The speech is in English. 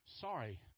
sorry